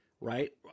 right